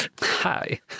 hi